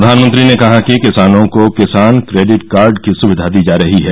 प्रधानमंत्री ने कहा कि किसानों को किसान क्रेडिट कार्ड की सुविधा दी जा रही है